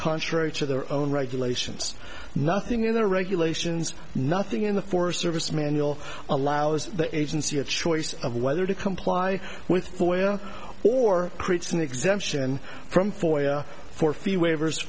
contrary to their own regulations nothing in the regulations nothing in the forest service manual allows the agency a choice of whether to comply with oil or creates an exemption from for ya for fee waivers